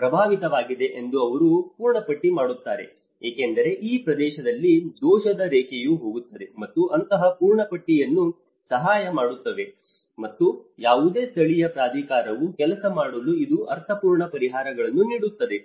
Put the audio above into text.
ಪ್ರಭಾವಿತವಾಗಿದೆ ಎಂದು ಅವರು ಪೂರ್ಣಪಟ್ಟಿ ಮಾಡುತ್ತಾರೆ ಏಕೆಂದರೆ ಆ ಪ್ರದೇಶದಲ್ಲಿ ದೋಷದ ರೇಖೆಯು ಹೋಗುತ್ತದೆ ಮತ್ತು ಅಂತಹ ಪೂರ್ಣಪಟ್ಟಿಗಳು ಸಹಾಯ ಮಾಡುತ್ತವೆ ಮತ್ತು ಯಾವುದೇ ಸ್ಥಳೀಯ ಪ್ರಾಧಿಕಾರವು ಕೆಲಸ ಮಾಡಲು ಇದು ಅರ್ಥಪೂರ್ಣ ಪರಿಹಾರಗಳನ್ನು ನೀಡುತ್ತದೆ